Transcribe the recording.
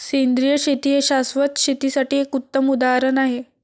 सेंद्रिय शेती हे शाश्वत शेतीसाठी एक उत्तम उदाहरण आहे